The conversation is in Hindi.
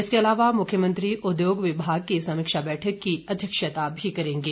इसके अलावा मुख्यमंत्री उद्योग विभाग की समीक्षा बैठक की अध्यक्षता भी करेंगे